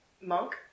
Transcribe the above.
monk